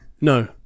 No